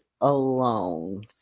alone